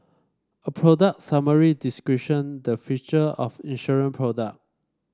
a product summary description the feature of an insurance product